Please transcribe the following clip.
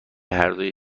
هردو